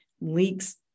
leaks